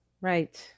Right